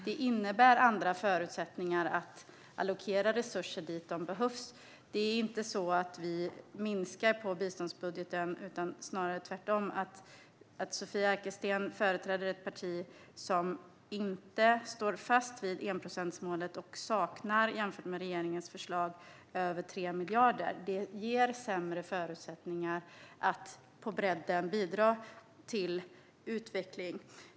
Det innebär andra förutsättningar att allokera resurser dit de behövs. Det är inte så att vi minskar biståndsbudgeten, utan det är snarare tvärtom så att Sofia Arkelsten företräder ett parti som inte står fast vid enprocentsmålet och som jämfört med regeringens förslag saknar över 3 miljarder. Det ger sämre förutsättningar att på bredden bidra till utveckling.